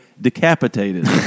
decapitated